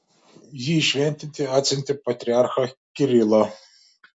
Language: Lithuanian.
jį įšventinti atsiuntė patriarchą kirilą